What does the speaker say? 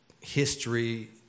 history